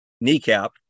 kneecap